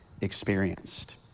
experienced